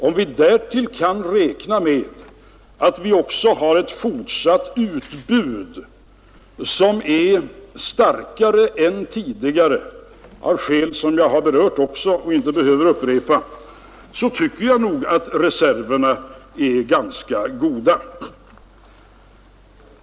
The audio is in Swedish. Om vi därtill kan räkna med att vi också har ett fortsatt utbud som är starkare än tidigare, av skäl som jag har berört och därför inte behöver upprepa, tycker jag nog att reserverna är ganska goda.